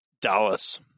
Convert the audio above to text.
Dallas